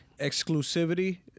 Exclusivity